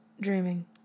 dreaming